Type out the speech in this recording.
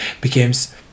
becomes